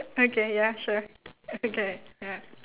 okay ya sure okay ya